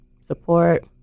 Support